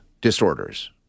disorders